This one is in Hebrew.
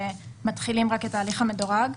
שמתחילים את ההליך המדורג.